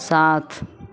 साथ